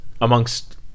amongst